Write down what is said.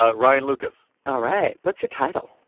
ah ryan lucas all right. what's your title?